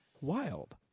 Wild